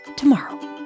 tomorrow